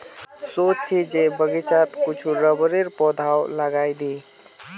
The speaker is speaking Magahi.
सोच छि जे बगीचात कुछू रबरेर पौधाओ लगइ दी